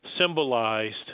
symbolized